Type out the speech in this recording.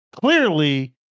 clearly